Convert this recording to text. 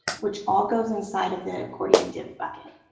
which all goes inside of the accordion div bucket.